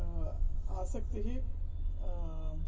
आसक्तिः